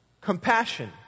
Compassion